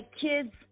kids